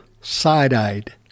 side-eyed